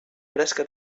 fresca